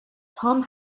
tom